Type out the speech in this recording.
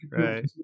Right